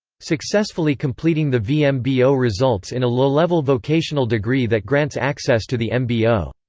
successfully completing the vmbo results in a low-level vocational degree that grants access to the mbo.